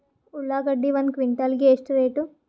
ಉಳ್ಳಾಗಡ್ಡಿ ಒಂದು ಕ್ವಿಂಟಾಲ್ ಗೆ ಎಷ್ಟು ರೇಟು?